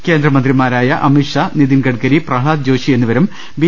കേന്ദ്രമന്ത്രിമാരായ അമിത്ഷാ നിതിൻ ഗഡ്കരി പ്രഹ്ലാദ് ജോഷി എന്നിവരും ബി